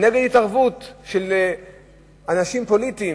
נגד התערבות של אנשים פוליטיים,